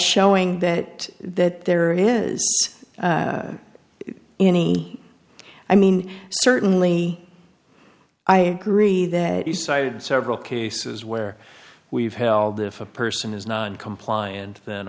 showing that that there is any i mean certainly i agree that you cited several cases where we've held if a person is non compliant then